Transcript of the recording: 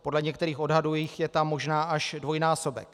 Podle některých odhadů jich je tam možná až dvojnásobek.